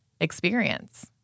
experience